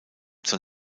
zur